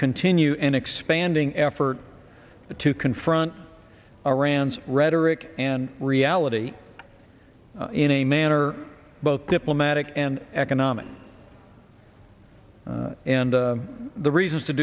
continue an expanding effort to confront iran's rhetoric and reality in a manner both diplomatic and economic and the reasons to